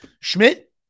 Schmidt